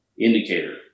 indicator